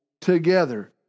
together